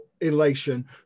elation